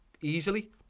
easily